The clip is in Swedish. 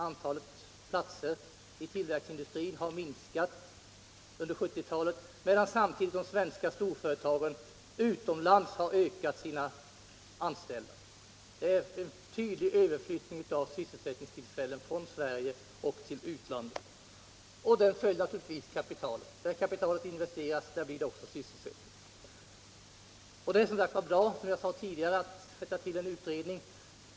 Antalet platser i tillverkningsindustrin har minskat under 1970-talet. medan samtidigt de svenska storföretagen utomlands har ökat antalet anställda. Det är en tydlig överflyttning av sysselsättningsuillfällen från Sverige till utlandet. och kapitalet följer naturligtvis med. Dir kapitalet investeras, där blir det också sysselsättning. Det är, som jag sade tidigare, bra att tillsätta en utredning.